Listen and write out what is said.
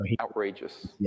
outrageous